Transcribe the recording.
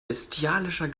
bestialischer